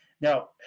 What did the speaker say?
now